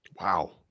Wow